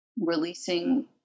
releasing